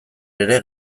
ere